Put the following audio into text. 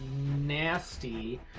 nasty